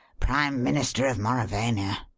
prime minister of mauravania!